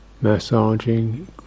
massaging